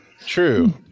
True